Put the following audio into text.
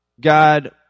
God